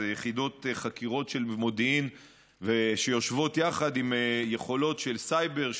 יחידות חקירות של מודיעין שיושבות יחד עם יכולות של סייבר,